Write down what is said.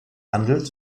handel